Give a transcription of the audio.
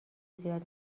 زیاد